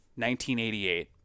1988